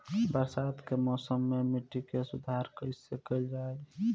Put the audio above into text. बरसात के मौसम में मिट्टी के सुधार कइसे कइल जाई?